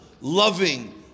loving